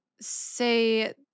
say